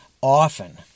often